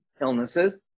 illnesses